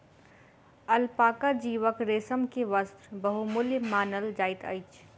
alpaca जीवक रेशम के वस्त्र बहुमूल्य मानल जाइत अछि